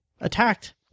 attacked